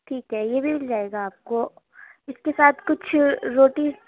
ٹھیک ہے یہ بھی مل جائے گا آپ کو اس کے ساتھ کچھ روٹی